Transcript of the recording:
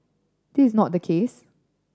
this is not the case